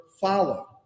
follow